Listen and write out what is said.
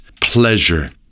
pleasure